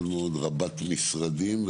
מאוד רבת משרדים,